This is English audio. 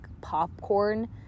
popcorn